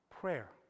Prayer